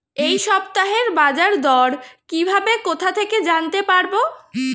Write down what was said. এই সপ্তাহের বাজারদর কিভাবে কোথা থেকে জানতে পারবো?